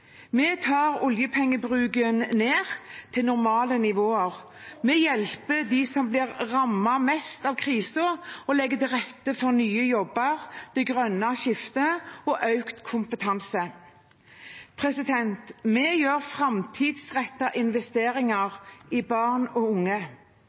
Vi tar oljepengebruken ned til normale nivåer. Vi hjelper dem som blir rammet mest av krisen, og legger til rette for nye jobber, det grønne skiftet og økt kompetanse. Vi gjør framtidsrettede investeringer